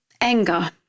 anger